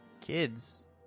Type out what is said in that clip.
Kids